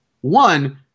One